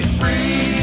free